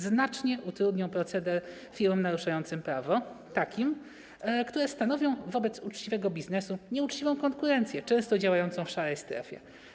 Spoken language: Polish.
Znacznie utrudnią proceder firmom naruszającym prawo, takim, które stanowią wobec uczciwego biznesu nieuczciwą konkurencję, często działającą w szarej strefie.